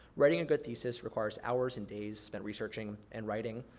writing a good thesis requires hours and days spent researching and writing.